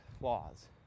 laws